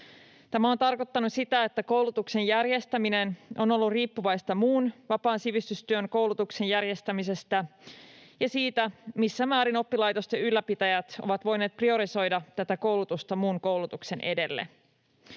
Tämä on tarkoittanut sitä, että koulutuksen järjestäminen on ollut riippuvaista muun vapaan sivistystyön koulutuksen järjestämisestä ja siitä, missä määrin oppilaitosten ylläpitäjät ovat voineet priorisoida tätä koulutusta muun koulutuksen edelle.